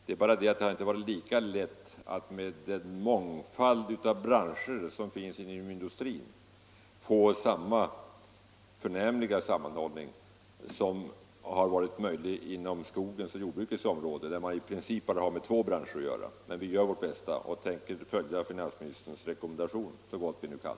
Det är bara det att med den mångfald av branscher som finns inom industrin har det inte varit lika lätt att skapa samma förnämliga sammanhållning som på skogens och jordbrukets områden, där det i princip bara rör sig om två branscher. Men vi skall göra vårt bästa, och vi tänker följa finansministerns rekommendation så gott vi kan.